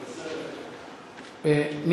מס' 2423. חבר הכנסת אייכלר,